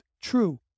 true